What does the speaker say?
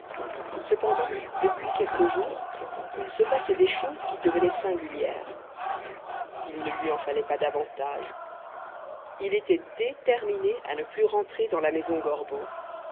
cependant depuis quelques jours il se passait des choses qui devenaient singulières il ne lui en fallait pas davantage il était déterminé à ne plus rentrer dans la maison gorbeau